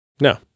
no